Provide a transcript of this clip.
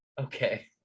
Okay